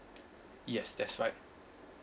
yes that's right